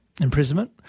imprisonment